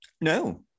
no